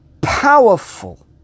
powerful